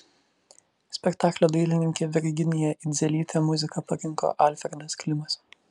spektaklio dailininkė virginija idzelytė muziką parinko alfredas klimas